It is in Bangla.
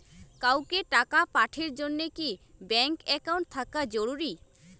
কাউকে টাকা পাঠের জন্যে কি ব্যাংক একাউন্ট থাকা জরুরি?